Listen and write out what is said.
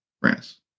France